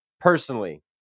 personally